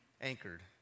anchored